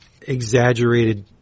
exaggerated